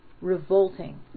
revolting